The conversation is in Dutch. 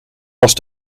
was